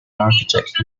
architect